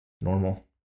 normal